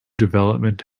development